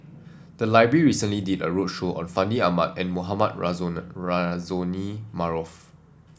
the library recently did a roadshow on Fandi Ahmad and Mohamed Rozani Maarof